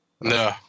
No